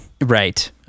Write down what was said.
Right